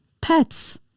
pets